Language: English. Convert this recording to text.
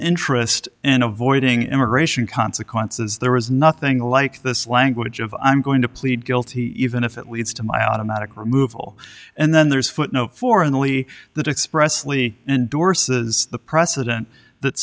interest in avoiding immigration consequences there was nothing like this language of i'm going to plead guilty even if it leads to my automatic removal and then there's footnote four and only that expressly endorses the precedent that